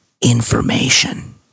information